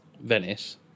Venice